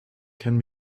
can